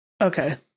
Okay